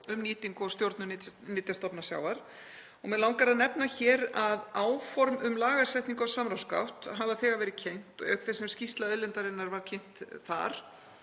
um nýtingu og stjórnun nytjastofna sjávar. Mig langar að nefna hér að áform um lagasetningu á samráðsgátt hafa þegar verið kynnt auk þess sem skýrsla Auðlindarinnar var kynnt þar.